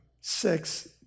six